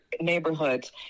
neighborhoods